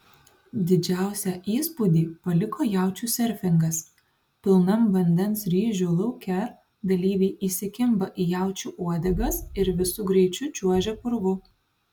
didžiausią įspūdį paliko jaučių serfingas pilnam vandens ryžių lauke dalyviai įsikimba į jaučių uodegas ir visu greičiu čiuožia purvu